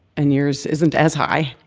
and yours isn't as high.